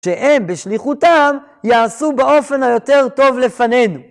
שהם בשליחותם יעשו באופן היותר טוב לפנינו.